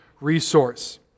resource